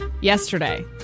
yesterday